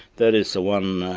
that is the one